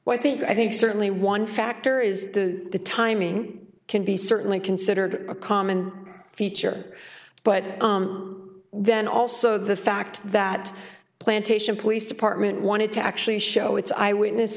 but i think i think certainly one factor is the timing can be certainly considered a common feature but then also the fact that plantation police department wanted to actually show its eye witness